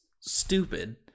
stupid